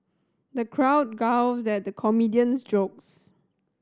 the crowd guffawed at the comedian's jokes